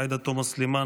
עאידה תומא סלימאן,